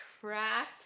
cracked